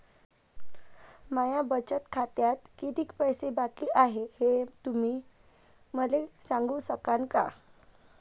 माया बचत खात्यात कितीक पैसे बाकी हाय, हे तुम्ही मले सांगू सकानं का?